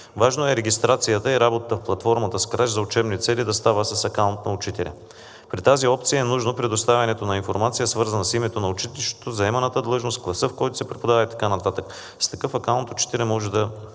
Важно е регистрацията и работата в платформата Scratch за учебни цели да става с акаунт на учителя. При тази опция е нужно предоставянето на информация, свързана с името на учителя, заеманата длъжност, класа, в който се преподава, и така нататък. С такъв акаунт учителят може да